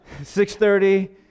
6.30